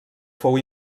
fou